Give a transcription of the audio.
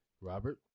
Robert